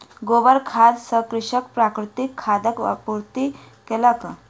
गोबर खाद सॅ कृषक प्राकृतिक खादक आपूर्ति कयलक